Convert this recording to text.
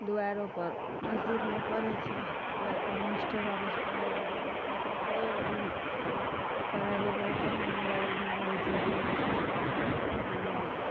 दुआरिओ पर महजिदमे पढ़ैत छै दुआरिओ पर मास्टर आबै छै पढ़बैला भरि दिन पढ़ाइ लिखाइ कम मोबाइलमे रहै छै ब्यस्त मोबाइल